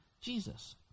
Jesus